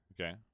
Okay